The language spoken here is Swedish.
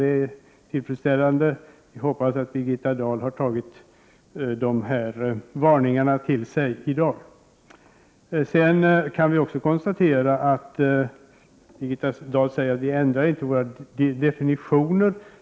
Det är tillfredsställande, och vi hoppas att Birgitta Dahl tagit dessa varningar i dag till sig. Birgitta Dahl säger att vi inte skall ändra våra definitioner.